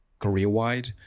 career-wide